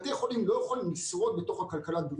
אם את יכולה פשוט לעשות לנו סדר בכל הבלגן הזה.